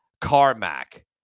Carmack